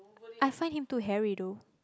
I find him too hairy though